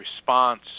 response